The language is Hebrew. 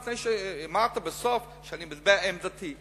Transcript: כי אמרת בסוף שאני מדבר על עמדתי.